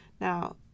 Now